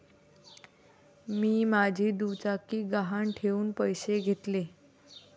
मी माझी दुचाकी गहाण ठेवून पैसे घेतले